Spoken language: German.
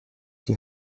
die